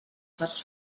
parts